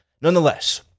Nonetheless